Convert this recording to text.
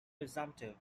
presumptive